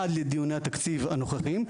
עד דיוני התקציב הנוכחים.